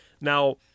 Now